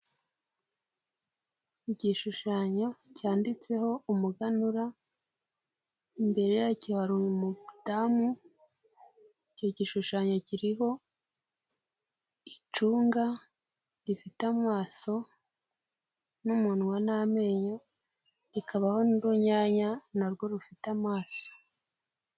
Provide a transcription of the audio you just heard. Igishushanyo cyanditseho umuganura, imbere yacyo hari mudamu, icyo gishushanyo kiriho icunga rifite amaso n'umunwa n'amenyo, rikabaho n'urunyanya na rwo rufite amaso.